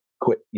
quit